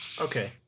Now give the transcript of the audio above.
Okay